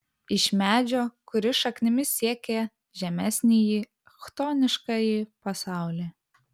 iš medžio kuris šaknimis siekia žemesnįjį chtoniškąjį pasaulį